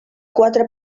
quatre